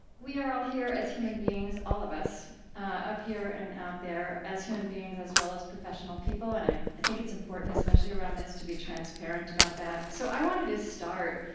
we are all here as human beings, all of us up here and out there as human beings as well as professional people, and i think it's important, especially around this, to be transparent about that. so i wanted to start,